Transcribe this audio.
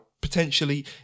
potentially